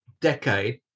decade